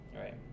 Right